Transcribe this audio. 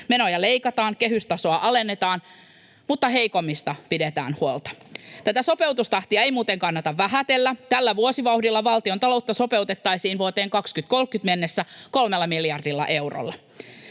Menoja leikataan, kehystasoa alennetaan, mutta heikommista pidetään huolta. Tätä sopeutustahtia ei muuten kannata vähätellä. Tällä vuosivauhdilla valtiontaloutta sopeutettaisiin vuoteen 2030 mennessä 3 miljardilla eurolla.